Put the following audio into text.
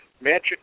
magic